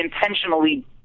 intentionally